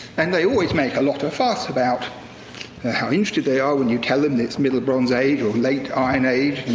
and they always make a lot of fuss about how interested they are when you tell them it's middle bronze age, or late iron age,